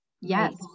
Yes